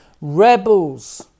Rebels